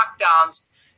lockdowns